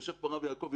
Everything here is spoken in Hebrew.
ויושב פה הרב יעקבי,